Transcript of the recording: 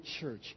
church